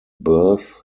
berth